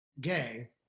Gay